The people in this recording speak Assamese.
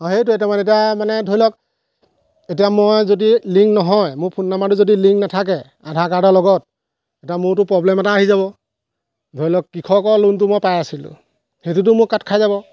অঁ অঁ এইটোৱে তাৰমানে এতিয়া মানে ধৰি লওক এতিয়া মই যদি লিংক নহয় মোৰ ফোন নাম্বাৰটো যদি লিংক নাথাকে আধাৰ কাৰ্ডৰ লগত এতিয়া মোৰটো প্ৰব্লেম এটা আহি যাব ধৰি লওক কৃষকৰ লোনটো মই পাই আছিলোঁ সেইটোতো মোৰ কাট খাই যাব